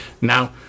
Now